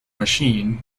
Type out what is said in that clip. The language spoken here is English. machine